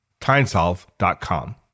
TimeSolve.com